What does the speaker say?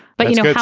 but you know,